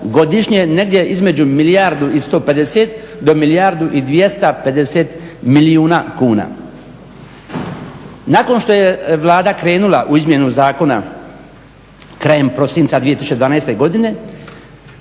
godišnje negdje između milijardu i 150 do milijardu i 250 milijuna kuna. Nakon što je Vlada krenula u izmjenu zakona krajem prosinca 2012. godine